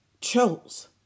chose